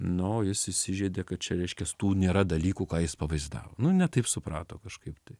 nu jis įsižeidė kad čia reiškias tų nėra dalykų ką jis pavaizdavo nu ne taip suprato kažkaip tai